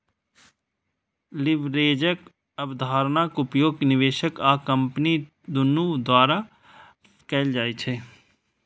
लीवरेजक अवधारणाक उपयोग निवेशक आ कंपनी दुनू द्वारा कैल जाइ छै